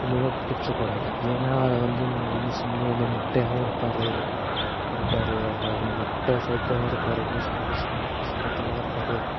ரொம்பவும் பிடிச்ச படம் அது ஏன்னா அது வந்து சிம்பு வந்து மொட்டையாகவும் இருப்பார் இருப்பார் அதில் மொட்டை சைக்கோவாக இருப்பார் இன்னொரு காலேஜ் ஸ்டுடெண்ட்டாக சாந்தமாக இருப்பார்